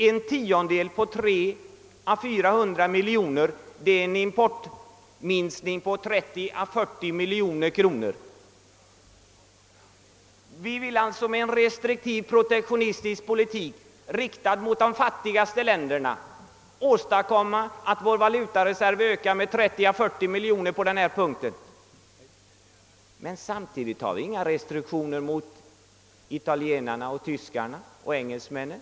En tiondel av 300 å 400 miljoner kronor innebär en importminskning på 30 å 40 miljoner kronor. Man vill alltså med en restriktiv protektio nistisk politik, riktad mot de fattigaste länderna, åstadkomma att vår valutareserv ökar med 30 å 40 miljoner kronor! Men vi vill inte samtidigt införa restriktioner mot italienarna, tyskarna och engelsmännen.